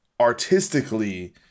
artistically